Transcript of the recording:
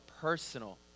personal